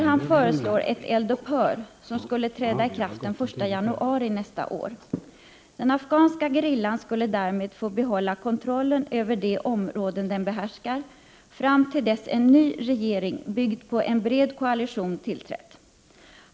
Han föreslår eldupphör fr.o.m. den 1 januari nästa år. Den afghanska gerillan skulle därmed få behålla kontrollen över de områden som den behärskar till dess att en ny regering tillträder, som bygger på en bred koalition.